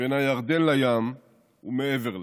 בין הירדן לים ומעבר להם.